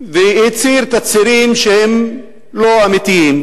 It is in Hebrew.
והצהיר תצהירים שהם לא אמיתיים,